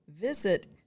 Visit